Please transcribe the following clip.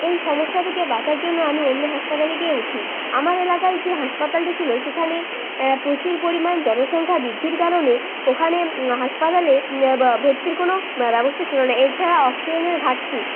এই সমস্যা থেকে বাঁচার জন্য আমি অন্য হাসপাতালে গিয়ে উঠি আমার এলাকায় যে হাসপাতালটি ছিলো সেখানে প্রচুর পরিমাণ জনসংখ্যা বৃদ্ধির কারণে ওখানে হাসপাতালে ভত্তির কোনো ব্যবস্তা ছিল না এছাড়া অক্সিজেনের ঘাটতি